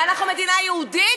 ואנחנו מדינה יהודית,